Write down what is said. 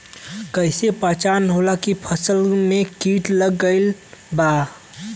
कैसे पहचान होला की फसल में कीट लग गईल बा?